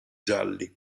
gialli